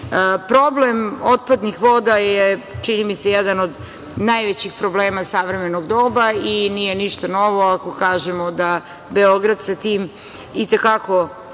otpadnih voda je, čini mi se, jedan od najvećih problema savremenog doba i nije ništa novo ako kažemo da Beograd sa tim i te kako ima